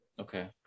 Okay